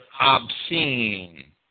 obscene